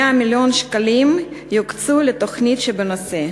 100 מיליון שקלים יוקצו לתוכנית בנושא.